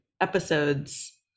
episodes